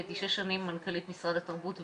הייתי שש שנים מנכ"לית משרד התרבות והספורט.